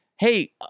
Hey